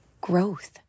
growth